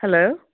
hello